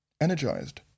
Energized